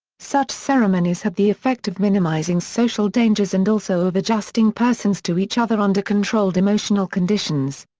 such ceremonies had the effect of minimizing social dangers and also of adjusting persons to each other under controlled emotional conditions.